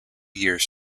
years